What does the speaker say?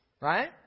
right